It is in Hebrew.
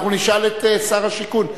אנחנו נשאל את שר השיכון.